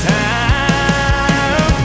time